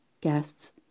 guests